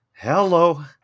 hello